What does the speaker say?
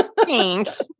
Thanks